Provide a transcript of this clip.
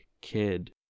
kid